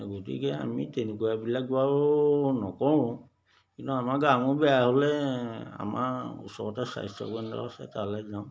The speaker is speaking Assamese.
গতিকে আমি তেনেকুৱাবিলাক বাৰু নকৰোঁ কিন্তু আমাৰ গা মূৰ বেয়া হ'লে আমাৰ ওচৰতে স্বাস্থ্যকেন্দ্ৰ আছে তালৈ যাওঁ